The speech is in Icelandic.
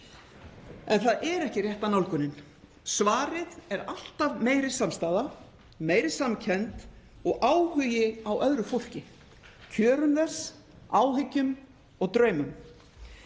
En það er ekki rétta nálgunin. Svarið er alltaf meiri samstaða, meiri samkennd og áhugi á öðru fólki, kjörum þess, áhyggjum og draumum.